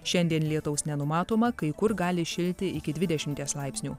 šiandien lietaus nenumatoma kai kur gali įšilti iki dvidešimties laipsnių